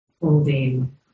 holding